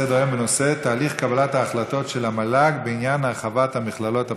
תהליך קבלת החלטות של המל"ג בעניין הרחבת המכללות הפרטיות,